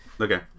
Okay